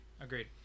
Agreed